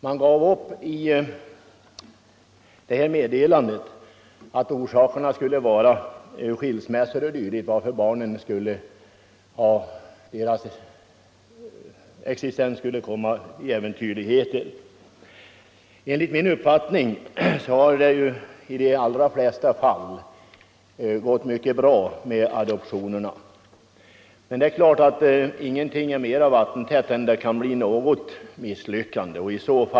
Man uppgav i det här meddelandet att orsakerna till Sydkoreas beslut skulle vara att skilsmässor och dylikt äventyrade barnens existens. Enligt min uppfattning har det i de allra flesta fall gått mycket bra med adoptionerna. Men det är klart att ingenting är mera vattentätt än att det kan bli något misslyckande.